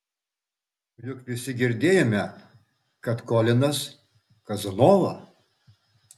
o juk visi girdėjome kad kolinas kazanova